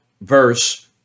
verse